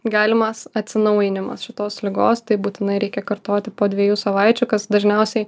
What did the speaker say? galimas atsinaujinimas šitos ligos tai būtinai reikia kartoti po dviejų savaičių kas dažniausiai